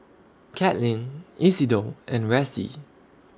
Katlyn Isidor and Ressie